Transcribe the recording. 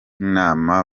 inama